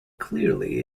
clearly